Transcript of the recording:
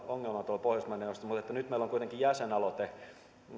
ongelma tuolla pohjoismaiden neuvostossa mutta nyt meillä on kuitenkin jäsenaloite